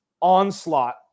onslaught